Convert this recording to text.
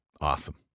Awesome